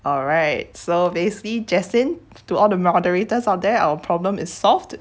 alright so basically jaslyn to all the moderators are there our problem is solved